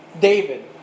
David